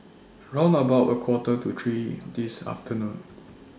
round about A Quarter to three This afternoon